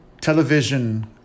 television